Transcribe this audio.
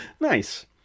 Nice